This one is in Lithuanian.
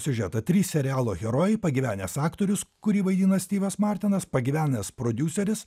siužetą trys serialo herojai pagyvenęs aktorius kurį vaidina styvas martinas pagyvenęs prodiuseris